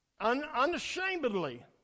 unashamedly